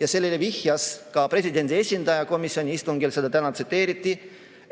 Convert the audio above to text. – sellele vihjas ka presidendi esindaja komisjoni istungil, seda täna tsiteeriti –,